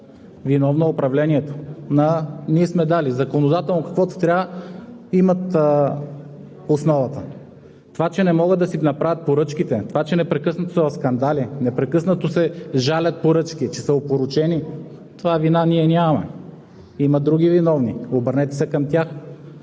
виновно е управлението. Ние сме дали законодателно каквото трябва – имат основата. Това, че не могат да си направят поръчките, това, че прекъснато са в скандали, непрекъснато се жалят поръчки, че са опорочени, за това ние нямаме вина, има други виновни, обърнете се към тях.